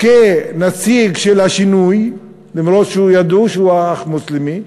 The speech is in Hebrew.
כנציג של השינוי, אף שידעו שהוא "אח מוסלמי",